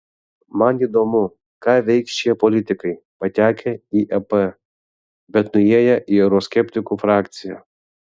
man įdomu ką veiks šie politikai patekę į ep bet nuėję į euroskeptikų frakciją